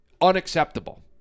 Unacceptable